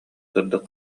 сырдык